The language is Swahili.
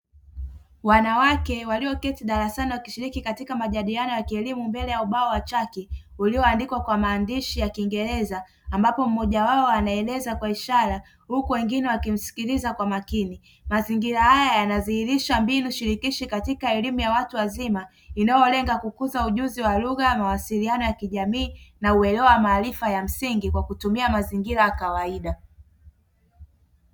Wanawake walioketi darasani wakishiriki katika majadiliano ya kielimu mbele ya ubao wa chaki ulioandikwa kwa maandishi ya kiingereza, ambapo mmoja wao anaeleza kwa ishara huku wengine wakimsikiliza kwa makini mazingira haya yanadhihirisha mbinu shirikishi katika elimu ya watu wazima inayolenga kukuza ujuzi wa lugha ya mawasiliano ya kijamii na uelewa wa maarifa ya msingi kwa kutumia mazingira ya kawaida.